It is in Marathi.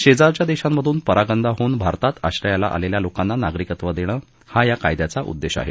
शेजारच्या देशांमधून परगंदा होऊन भारतात आश्रयाला आलेल्या लोकांना नागरिकत्व देणं हा या कायद्याचा उद्देश आहे